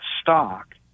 stock